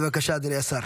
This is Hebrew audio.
בבקשה, אדוני השר.